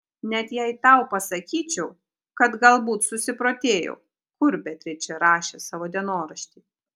net jei tau pasakyčiau kad galbūt susiprotėjau kur beatričė rašė savo dienoraštį